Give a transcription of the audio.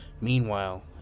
Meanwhile